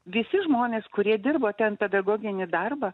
visi žmonės kurie dirba ten pedagoginį darbą